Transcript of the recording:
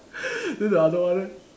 then the other one leh